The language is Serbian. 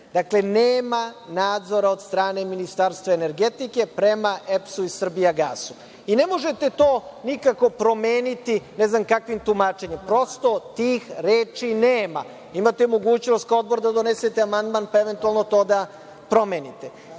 Dakle, nema nadzora od strane Ministarstva energetike prema EPS-u i „Srbijagasu“. I ne možete to nikako promeniti ne znam kakvim tumačenjima. Prosto, tih reči nema. Imate mogućnost kao odbor da donesete amandman, pa eventualno to da promenite. Ne